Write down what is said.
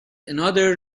another